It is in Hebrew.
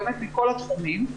מכל התחומים,